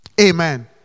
Amen